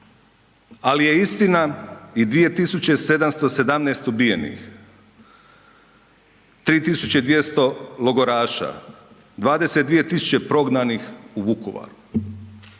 Al je istina i 2717 ubijenih, 3200 logoraša, 22000 prognanih u Vukovaru,